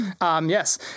Yes